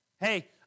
Hey